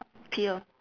pail